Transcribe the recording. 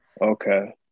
Okay